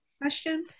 question